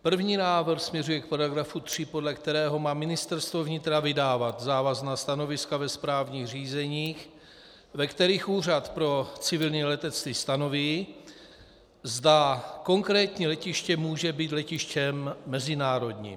První návrh směřuje k § 3, podle kterého má Ministerstvo vnitra vydávat závazná stanoviska ve správních řízeních, v kterých Úřad pro civilní letectví stanoví, zda konkrétní letiště může být letištěm mezinárodním.